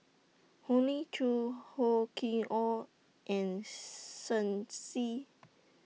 Hoey Choo Hor Chim Or and Shen Xi